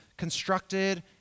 constructed